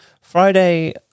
Friday